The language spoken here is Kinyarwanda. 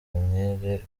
umwere